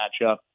matchup